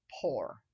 poor